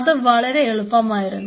അത് വളരെ എളുപ്പമായിരുന്നു